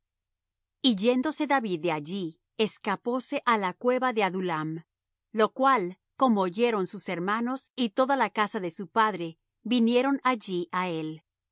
y yéndose david de allí escapóse á la cueva de adullam lo cual como oyeron sus hermanos y toda la casa de su padre vinieron allí á él